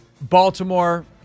Baltimore